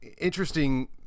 interesting